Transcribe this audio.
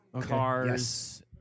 Cars